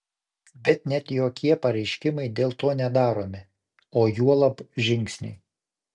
bet net jokie pareiškimai dėl to nedaromi o juolab žingsniai